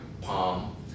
palm